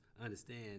understand